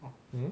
oh hmm